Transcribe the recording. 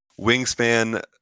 wingspan